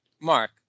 Mark